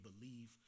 believe